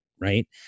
Right